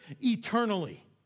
eternally